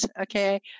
okay